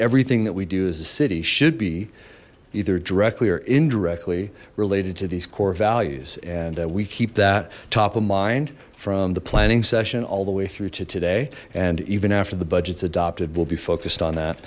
everything that we do is the city should be either directly or indirectly related to these core values and we keep that top of mind from the planning session all the way through to today and even after the budgets adopted will be focused on that